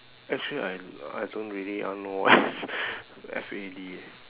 actually I I don't really I don't know what is F A D eh